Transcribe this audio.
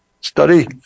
study